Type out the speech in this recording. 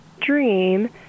dream